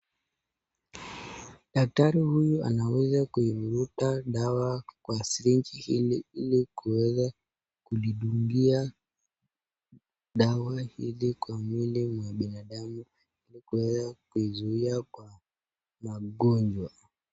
Daktari huyu anaweza kuivuruta dawa kwa sirinji hili ili kuweza kulidungia dawa hili kwa mwili wa binadamu kuweza kuizuia kwa mgonjwa.